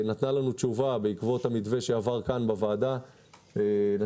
בעקבות המתווה שעבר כאן בוועדה בזק